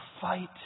fight